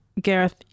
Gareth